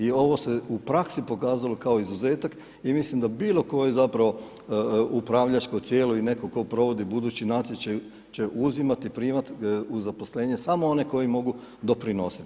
I ovo se u praksi pokazalo kao izuzetak i mislim da bilo koji zapravo upravljačko tijelo i netko tko provodi budući natječaj će uzimati primat u zaposlenje samo one koji mogu doprinositi.